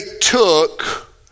took